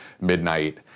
midnight